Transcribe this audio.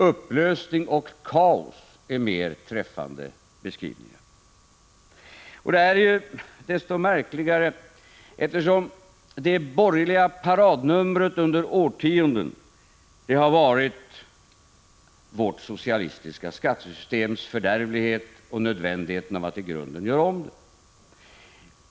Upplösning och kaos är mer träffande beskrivningar. Detta är desto märkligare som det borgerliga paradnumret under årtionden har varit vårt socialistiska skattesystems fördärvlighet och nödvändigheterna av att i grunden göra om det.